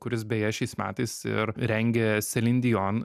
kuris beje šiais metais ir rengė selin dion